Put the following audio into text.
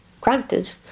granted